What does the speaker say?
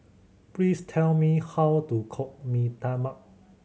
please tell me how to cook Mee Tai Mak